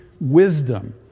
wisdom